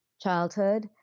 childhood